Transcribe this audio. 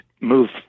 move